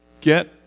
Get